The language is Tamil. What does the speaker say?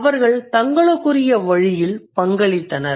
அவர்கள் தங்களுக்குரிய வழியில் பங்களித்தனர்